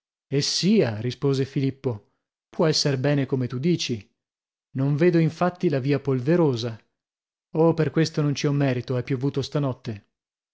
e sia rispose filippo può esser bene come tu dici non vedo infatti la via polverosa oh per questo non ci ho merito è piovuto stanotte